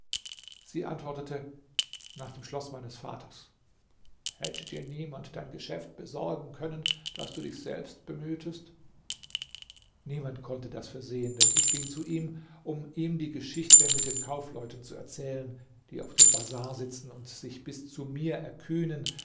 sie antwortete nach dem schloß meines vaters hätte dir niemand dein geschäft besorgen können daß du dich selbst bemühtest niemand konnte das versehen denn ich ging zu ihm um ihm die geschichte mit den kaufleuten zu erzählen die auf dem bazar sitzen und sich bis zu mir erkühnen